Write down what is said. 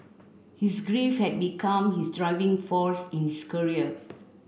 his grief had become his driving force in his career